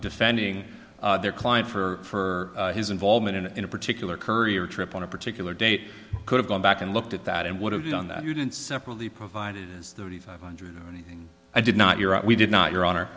defending their client for his involvement in a particular courier trip on a particular date could have gone back and looked at that and what have you done that you didn't separately provide it is thirty five hundred anything i did not your we did not your honor